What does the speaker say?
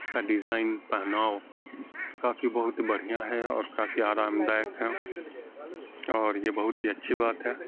کا ڈیزائن پہناؤ کافی بہت بڑھیا ہے اور کافی آرام دائک ہے اور یہ بہت ہی اچھی بات ہے